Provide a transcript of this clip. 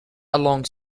along